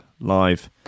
live